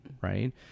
Right